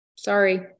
Sorry